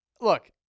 look